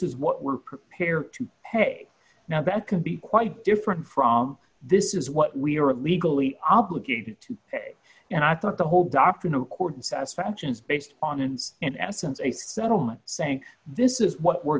is what we're prepared to pay now that can be quite different from this is what we are legally obligated to and i thought the whole dr newport satisfactions based on ins in essence a settlement saying this is what we're